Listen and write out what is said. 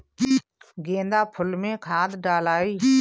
गेंदा फुल मे खाद डालाई?